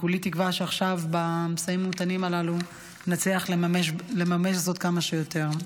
כולי תקווה שעכשיו במשאים ומתנים האלו נצליח לממש זאת כמה שיותר מהר.